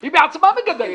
היא בעצמה מגדלת.